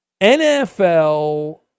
NFL